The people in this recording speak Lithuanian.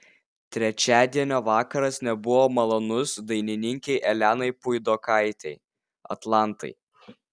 trečiadienio vakaras nebuvo malonus dainininkei elenai puidokaitei atlantai